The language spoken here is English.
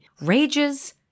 Rages